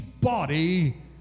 body